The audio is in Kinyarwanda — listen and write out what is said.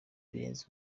birenze